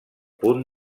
punt